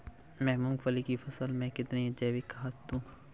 मैं मूंगफली की फसल में कितनी जैविक खाद दूं?